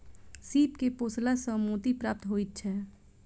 सीप के पोसला सॅ मोती प्राप्त होइत छै